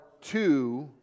two